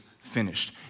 finished